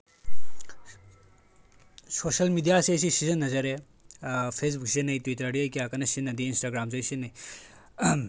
social ꯃꯦꯗꯤꯌꯥꯁꯦꯁꯤ ꯑꯩ ꯁꯤꯖꯤꯟꯅꯖꯔꯦ ꯐꯦꯁꯕꯨꯛ ꯁꯤꯖꯤꯟꯅꯩ ꯇ꯭ꯋꯤꯇꯔꯗꯤ ꯑꯩ ꯀꯌꯥ ꯀꯟꯅ ꯁꯤꯖꯤꯟꯅꯗꯦ ꯏꯟꯁꯇꯥꯒ꯭ꯔꯥꯝꯁꯨ ꯑꯩ ꯁꯤꯖꯤꯟꯅꯩ